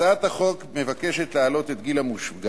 הצעת החוק מבקשת להעלות את גיל המושגח.